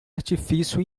artifício